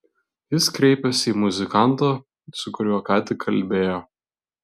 jis kreipėsi į muzikantą su kuriuo ką tik kalbėjo